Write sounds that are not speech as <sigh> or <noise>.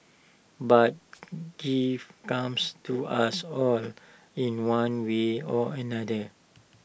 but <unintelligible> comes to us all in one way or another